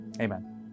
Amen